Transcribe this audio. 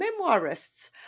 memoirists